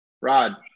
Rod